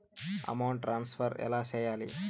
amount transfer ఎలా సేయాలి